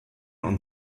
und